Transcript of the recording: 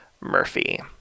Murphy